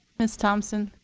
ms. thompson.